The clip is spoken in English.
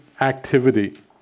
activity